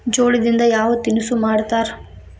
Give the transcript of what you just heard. ಜೋಳದಿಂದ ಯಾವ ತಿನಸು ಮಾಡತಾರ?